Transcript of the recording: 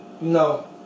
No